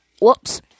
whoops